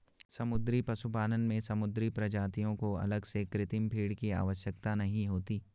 समुद्री पशुपालन में समुद्री प्रजातियों को अलग से कृत्रिम फ़ीड की आवश्यकता नहीं होती